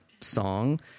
song